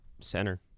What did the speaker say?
center